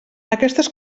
aquestes